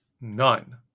None